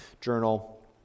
journal